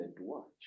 watch